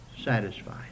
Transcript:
satisfied